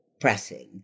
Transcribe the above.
pressing